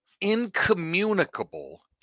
incommunicable